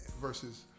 versus